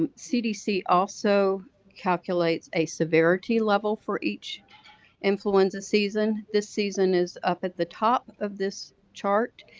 um cdc also calculates a severity level for each influenza season, this season is up at the top of this chart,